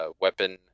weapon